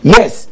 Yes